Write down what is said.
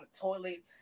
toilet